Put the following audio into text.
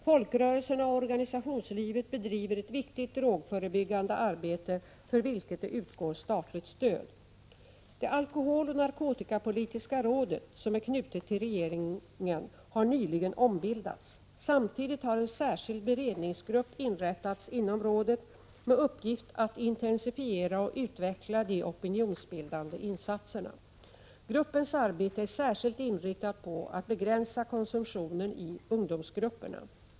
Folkrörelserna och organisationslivet bedriver ett viktigt drogförebyggande arbete, för vilket det utgår statligt stöd. Det alkoholoch narkotikapolitiska rådet, som är knutet till regeringen, har nyligen ombildats. Samtidigt har en särskild beredningsgrupp inrättats inom rådet med uppgift att intensifiera och utveckla de opinionsbildande insatserna. Gruppens arbete är särskilt inriktat på att begränsa konsumtionen i ungdomsgrupperna.